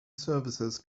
services